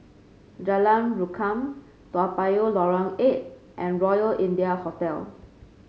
Jalan Rukam Toa Payoh Lorong Eight and Royal India Hotel